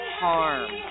harm